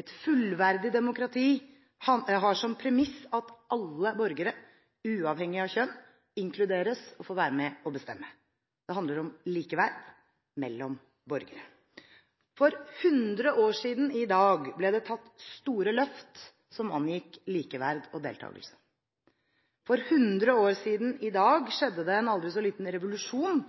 Et fullverdig demokrati har som premiss at alle borgere, uavhengig av kjønn, inkluderes og får være med å bestemme. Det handler om likeverd mellom borgere. For 100 år siden i dag ble det tatt store løft som angikk likeverd og deltakelse. For 100 år siden i dag skjedde det en aldri så liten revolusjon